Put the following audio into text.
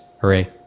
Hooray